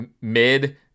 mid